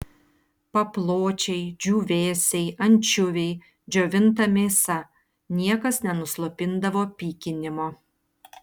papločiai džiūvėsiai ančiuviai džiovinta mėsa niekas nenuslopindavo pykinimo